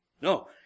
No